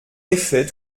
effet